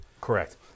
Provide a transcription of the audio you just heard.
Correct